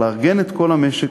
לארגן את כל המשק,